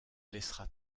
laissera